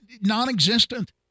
non-existent